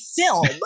film